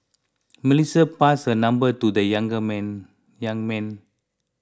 Melissa passed her number to the young man